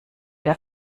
der